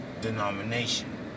denomination